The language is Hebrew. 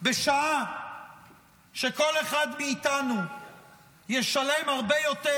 בשעה שכל אחד מאיתנו ישלם הרבה יותר